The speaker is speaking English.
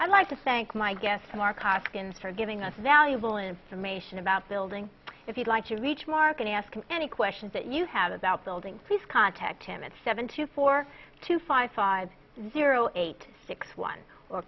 i'd like to thank my guests mark our skins for giving us valuable information about building if you'd like to reach mark and ask any questions that you have about building please contact him at seven two four to five five zero eight six one or